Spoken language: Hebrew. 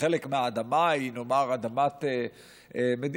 וחלק מהאדמה היא, נאמר, אדמת מדינה?